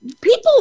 People